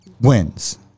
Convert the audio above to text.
wins